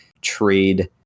trade